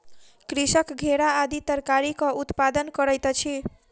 कृषक घेरा आदि तरकारीक उत्पादन करैत अछि